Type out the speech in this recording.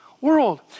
world